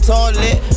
Toilet